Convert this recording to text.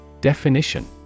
Definition